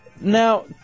Now